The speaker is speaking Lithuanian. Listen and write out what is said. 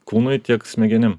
kūnui tiek smegenim